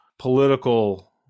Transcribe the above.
political